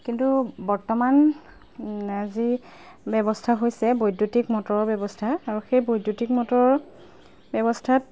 কিন্তু বৰ্তমান যি ব্যৱস্থা হৈছে বৈদ্যুতিক মটৰৰ ব্যৱস্থা আৰু সেই বৈদ্যুতিক মটৰৰ ব্যৱস্থাত